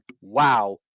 wow